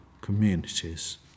communities